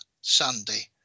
Sunday